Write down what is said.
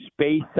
space